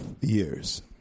years